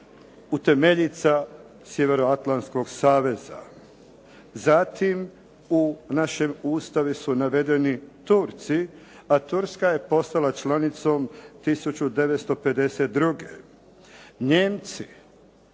utemeljica Sjevernoatlantskog saveza. Zatim u našem Ustavu su navedeni Turci, a Turska je postala članicom 1952. Nijemci